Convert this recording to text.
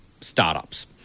startups